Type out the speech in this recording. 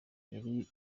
yari